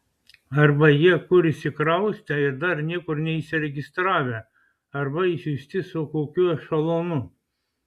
arba jie kur išsikraustę ir dar niekur neįsiregistravę arba išsiųsti su kokiu ešelonu